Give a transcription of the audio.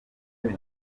muri